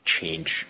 change